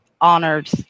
honored